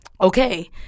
okay